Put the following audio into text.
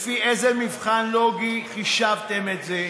לפי איזה מבחן לוגי חישבתם את זה?